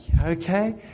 okay